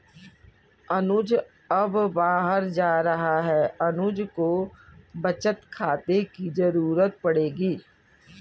अनुज अब बाहर जा रहा है अनुज को बचत खाते की जरूरत पड़ेगी